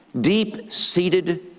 deep-seated